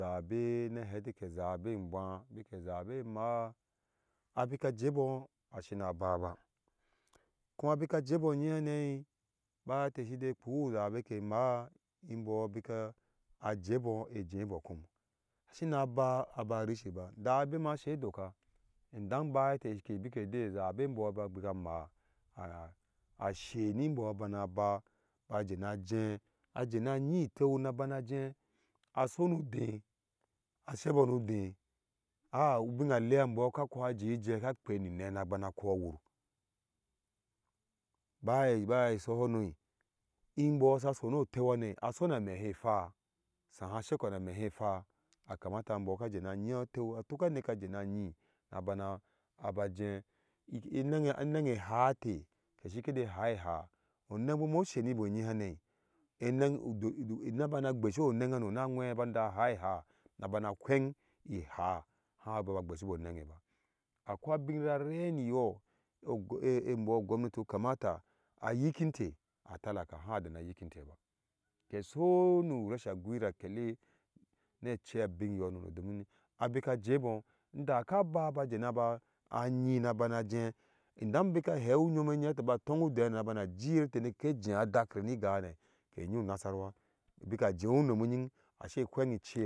Zabe na bana heti kɛ zabɛ ingwa bikɛ zabɛ ɛmaa abika je bɔɔ ashinaba ba kuma bika jebɔɔ nye hane buya ete shije kpu zabe ke ma mbɔɔ bika jebɔɔ ejebɔɔ kom shina ba aba rishiba nda ɛbema se doka idan ubaya ete ke bike zabe mbɔɔ keje mma ashe ni mbɔɔ bana ba ba jena je aba ŋyi iteuna bana aje aso nudeh a sebɔɔ nu deh aa ubina lea mbɔɔ ka ko aje ejɛ ka kpeni ne nabana ko awur bai bai ubaya esohono imbɔɔ saso no ɔteuna hane aso na ame se pha saha aseko na ame se pha askmata mbɔɔ ka jena nyi oteu atu ka aneke je na nyi nabana ajɛɛenang enang eihara te haiha onangbom ɔsenibe eŋye hane enang nabana gbesiho nang hano na mwee banaba haiha na ba pheng a haa aha baba gbesibo ɔnanghanoba akɔi abin rare niyɔɔ o ogounati kamata aykinfe atalaka aha dena yikite ba kɛ sonu resa gbira akelɛ ne ɛce abinyono domin abika jebɔɔ nda kaba ba jenaba anyi na bana je idan bika hehu ŋyomhanw atiba tong udeha ne naji uyirete ke je adakir nigaha ne ke nyi unasarawa bika jeya unom unyin ashe phengi bɔɔ.